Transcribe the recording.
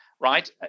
right